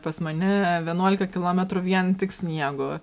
pas mane vienuolika kilometrų vien tik sniego